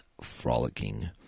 frolicking